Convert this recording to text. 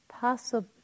possible